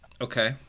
Okay